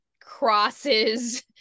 crosses